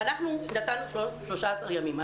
אנחנו נתנו 13 ימים.